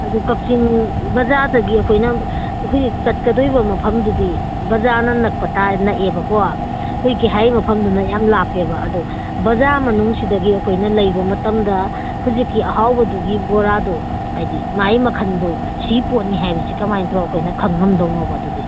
ꯑꯗꯨ ꯀꯛꯆꯤꯡ ꯕꯖꯥꯔꯗꯒꯤ ꯑꯩꯈꯣꯏꯅ ꯍꯧꯖꯤꯛ ꯆꯠꯀꯗꯧꯔꯤꯕ ꯃꯐꯝꯗꯨꯗꯤ ꯕꯖꯥꯔꯅ ꯅꯛꯄ ꯇꯥꯔꯦ ꯅꯛꯑꯦꯕꯀꯣ ꯍꯧꯖꯤꯛꯀꯤ ꯍꯥꯏꯔꯤꯕ ꯃꯐꯝꯗꯨꯅ ꯌꯥꯝ ꯂꯥꯞꯄꯦꯕ ꯑꯗꯨ ꯕꯖꯥꯔ ꯃꯅꯨꯡꯁꯤꯗꯒꯤ ꯑꯩꯈꯣꯏꯅ ꯂꯩꯕ ꯃꯇꯝꯗ ꯍꯧꯖꯤꯛꯀꯤ ꯑꯍꯥꯎꯕꯗꯨꯒꯤ ꯕꯣꯔꯥꯗꯨ ꯍꯥꯏꯕꯗꯤ ꯃꯥꯒꯤ ꯃꯈꯜꯗꯨ ꯁꯤꯒꯤ ꯄꯣꯠꯅꯤ ꯍꯥꯏꯕꯁꯤ ꯀꯃꯥꯏꯅ ꯇꯧꯔꯒ ꯑꯩꯈꯣꯏꯅ ꯈꯪꯉꯝꯗꯧꯅꯣꯕ ꯑꯗꯨꯗꯤ